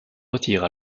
retire